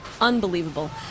unbelievable